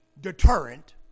Deterrent